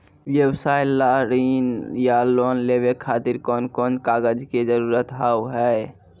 व्यवसाय ला ऋण या लोन लेवे खातिर कौन कौन कागज के जरूरत हाव हाय?